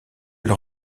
elle